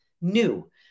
new